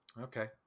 Okay